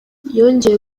yongeye